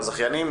הזכיינים,